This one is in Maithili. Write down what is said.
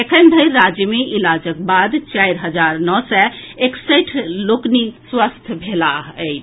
एखन धरि राज्य मे इलाजक बाद चारि हजार नओ सँ एकसठि लोकनि स्वस्थ भेलाह अछि